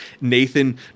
Nathan